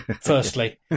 Firstly